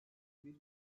bir